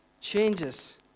changes